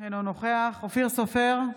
אינו נוכח אופיר סופר,